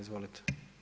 Izvolite.